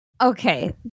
Okay